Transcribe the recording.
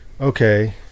okay